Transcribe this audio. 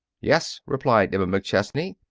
yes, replied emma mcchesney.